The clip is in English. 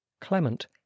Clement